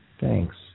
Thanks